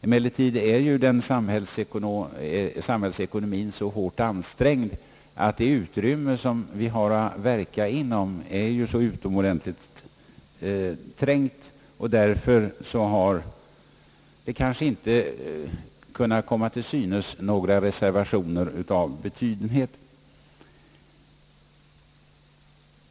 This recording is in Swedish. Emellertid är ju samhällsekonomien så hårt ansträngd, att det utrymme som vi har att verka inom är utomordentligt trångt. Därför har några reservationer av betydenhet kanske inte kunnat komma till synes.